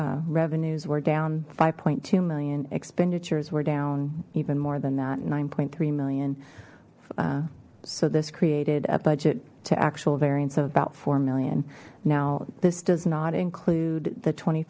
revenues were down five two million expenditures were down even more than that nine three million so this created a budget to actual variance of about four million now this does not include the twenty